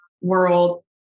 world